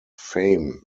fame